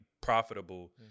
profitable